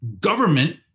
Government